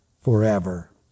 forever